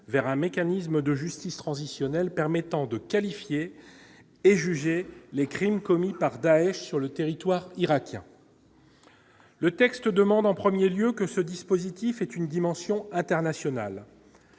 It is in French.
vers un mécanisme de justice transitionnelle permettant de qualifier et juger les crimes commis par Daech sur le territoire irakien. Le texte demande en 1er lieu que ce dispositif est une dimension internationale.